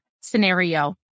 scenario